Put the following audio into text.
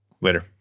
Later